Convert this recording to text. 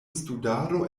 studado